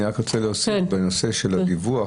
אני רק רוצה להוסיף בנושא של הדיווח.